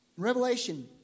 Revelation